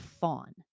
fawn